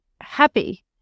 happy